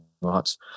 lots